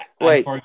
Wait